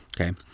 okay